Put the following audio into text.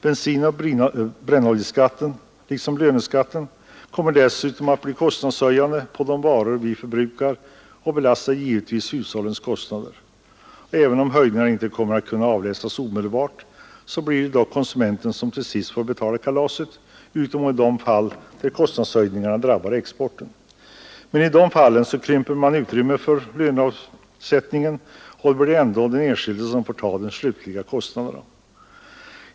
Bensinoch brännoljeskatten liksom löneskatten kommer dessutom att bli kostnadshöjande på de varor vi förbrukar och belastar givetvis hushållens kostnader. Även om höjningen inte kommer att kunna avläsas omedelbart, så blir det dock konsumenten som till sist får betala kalaset utom i de fall där kostnadshöjningarna drabbar exporten. Men i de fallen så krymper man utrymmet för lönesättningen, och det blir ändock den enskilde som får ta de slutliga kostnaderna.